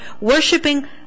worshipping